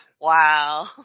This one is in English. Wow